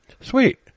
Sweet